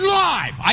live